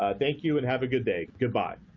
ah thank you and have a good day. good bye.